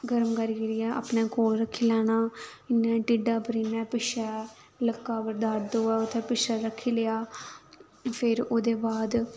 गर्म करी करियै अपने कोल रक्खी लैना इ'यां ढिड्डै उप्पर इ'यां पिच्छै लक्कै उप्पर दर्द होऐ उत्थै पिच्छै रक्खी लेआ फेर ओह्दे बाद